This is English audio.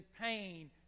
pain